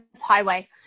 highway